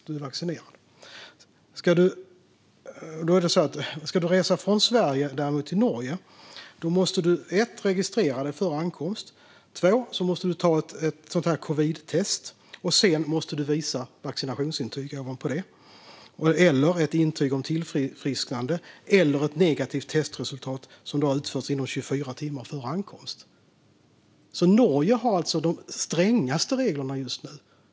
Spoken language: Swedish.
Ska man däremot resa från Sverige till Norge måste man registrera sig före ankomst, ta ett covidtest och ovanpå detta visa upp ett vaccinationsintyg, ett intyg om tillfrisknande eller ett negativt testresultat från ett test som har utförts inom 24 timmar före ankomst. Norge - inte Sverige - har alltså de strängaste reglerna just nu.